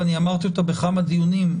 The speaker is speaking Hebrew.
ואני אמרתי את זה בכמה דיונים,